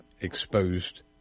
exposed